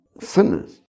sinners